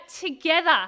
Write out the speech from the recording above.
together